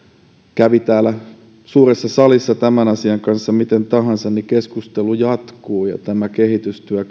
kävi täällä suuressa salissa tämän asian kanssa miten tahansa keskustelu jatkuu ja tämä kehitystyö